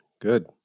good